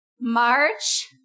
March